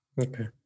Okay